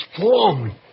form